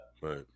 Right